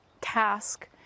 task